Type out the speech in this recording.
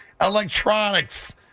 electronics